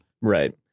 Right